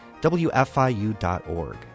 WFIU.org